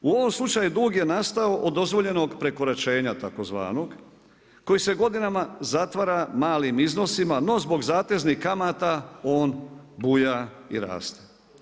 U ovom slučaju dug je nastao od dozvoljenog prekoračenja tzv. koji se godinama zatvara malim iznosima, no zbog zateznih kamata on buja i raste.